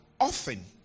often